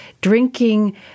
drinking